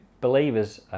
believers